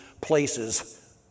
places